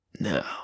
No